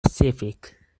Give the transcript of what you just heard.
pacific